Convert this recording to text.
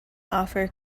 offer